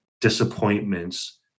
disappointments